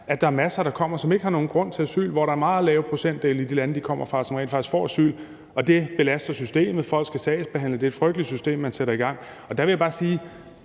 at der er masser, der kommer, som ikke har nogen grund til asyl, og det er meget lave procentdele i de lande, de kommer fra, som rent faktisk får asyl. Det belaster systemet, for folk skal sagsbehandles; det er et frygteligt system, man sætter i gang. Og der vil jeg bare sige,